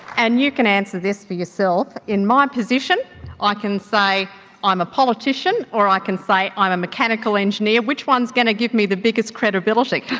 and you can answer this for yourself in my position i can say i'm a politician or i can say i'm a mechanical engineer, which one is going to give me the biggest credibility?